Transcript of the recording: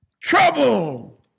Trouble